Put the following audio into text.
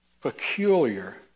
peculiar